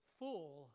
full